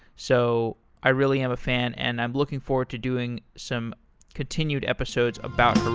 so i really am a fan and i'm looking forward to doing some continued episodes about